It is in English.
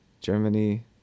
Germany